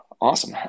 Awesome